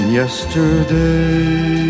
yesterday